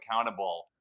accountable